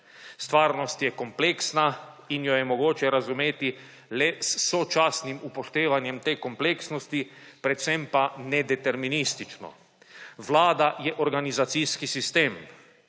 Stvarnost je kompleksna, in jo je mogoče razumeti le s sočasnim upoštevanjem te kompleksnosti predvsem pa nedeterministično. Vlada je organizacijski sistem.